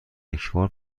یکبار